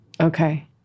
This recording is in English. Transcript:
Okay